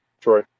Troy